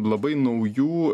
labai naujų